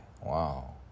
Wow